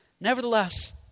Nevertheless